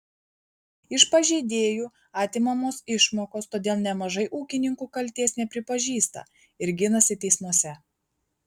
iš pažeidėjų atimamos išmokos todėl nemažai ūkininkų kaltės nepripažįsta ir ginasi teismuose